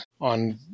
on